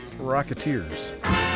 Rocketeers